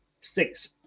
six